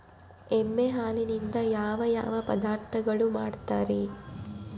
ಎಮ್ಮೆ ಹಾಲಿನಿಂದ ಯಾವ ಯಾವ ಪದಾರ್ಥಗಳು ಮಾಡ್ತಾರೆ?